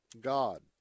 God